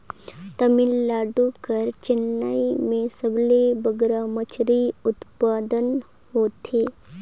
तमिलनाडु कर चेन्नई में सबले बगरा मछरी उत्पादन होथे